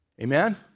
Amen